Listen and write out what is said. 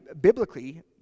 biblically